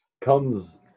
comes